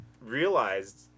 realized